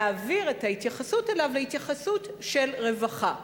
להעביר את ההתייחסות אליו להתייחסות של רווחה.